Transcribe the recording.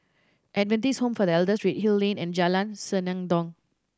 Adventist Home for the Elder Redhill Lane and Jalan Senandong